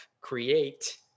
create